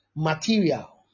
material